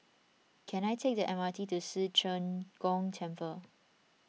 can I take the M R T to Ci Zheng Gong Temple